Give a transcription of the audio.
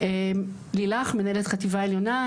לילך מנהלת חטיבה עליונה,